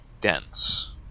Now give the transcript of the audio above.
dense